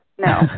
no